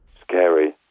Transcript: Scary